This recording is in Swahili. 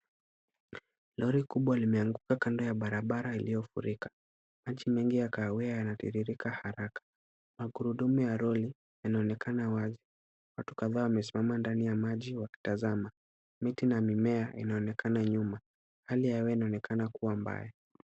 Lori kubwa limeanguka kando ya barabara iliyofurika. Maji mengi ya kahawia yanatiririka haraka. Magurudumu ya lori yanaonekana wazi. Watu kadhaa wamesimama ndani ya maji wakitazama. Miti na mimea inaonekana nyuma. Hali ya hewa inaonekana kuwa mbaya.